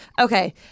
Okay